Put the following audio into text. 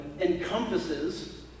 encompasses